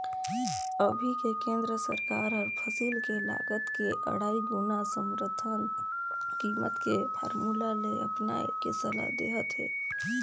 अभी के केन्द्र सरकार हर फसिल के लागत के अढ़ाई गुना समरथन कीमत के फारमुला ल अपनाए के सलाह देहत हे